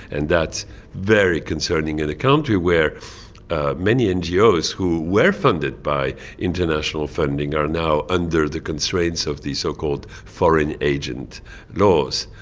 and that's very concerning in a country where many ngos who were funded by international funding are now under the constraints of the so-called foreign agent laws.